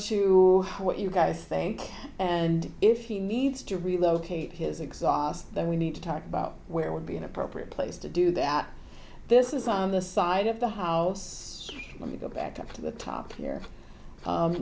to what you guys think and if he needs to relocate his exhaust then we need to talk about where would be an appropriate place to do that this is on the side of the house when we go back up to the top here